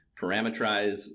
parameterize